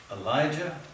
Elijah